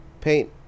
paint